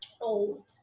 old